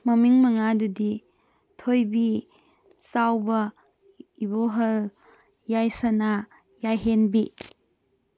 ꯃꯃꯤꯡ ꯃꯉꯥꯗꯨꯗꯤ ꯊꯣꯏꯕꯤ ꯆꯥꯎꯕ ꯏꯕꯣꯍꯜ ꯌꯥꯏꯁꯅꯥ ꯌꯥꯏꯍꯦꯟꯕꯤ